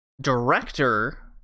director